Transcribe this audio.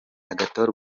agathon